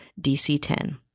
DC-10